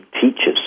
teachers